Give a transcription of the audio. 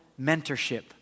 mentorship